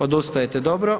Odustajete, dobro.